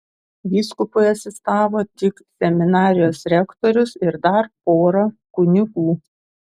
vyskupui asistavo tik seminarijos rektorius ir dar pora kunigų